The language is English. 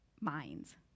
minds